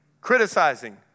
Criticizing